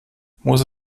muss